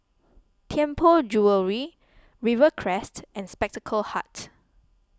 Tianpo Jewellery Rivercrest and Spectacle Hut